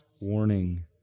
warning